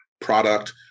product